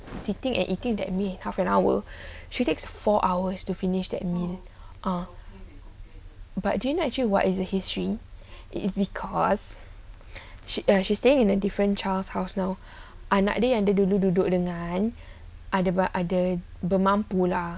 sitting and eating that meal half an hour she takes four hours to finish that meal ah but did you know what actually what is the history is because she ya she stay in a different child's house now anak dia yang dulu duduk dengan dia ada dia ada bermampu lah